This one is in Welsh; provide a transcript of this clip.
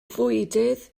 fwydydd